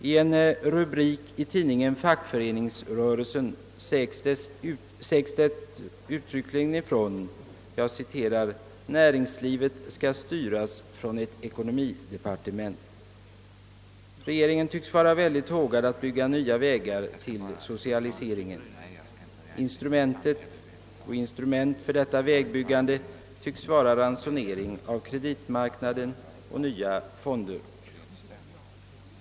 I en rubrik i tidningen Fackföreningsrörelsen sägs det uttryckligen ifrån att »näringslivet skall styras från ett ekonomidepartement». Regeringen tycks vara hågad att bygga nya vägar till socialiseringen. Instrument för detta vägbyggande tycks vara ransonering av kreditmarknaden och nya fonder.